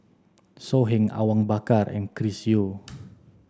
So Heng Awang Bakar and Chris Yeo